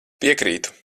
piekrītu